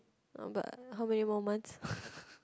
but how many more months